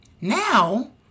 now